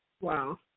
wow